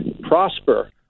prosper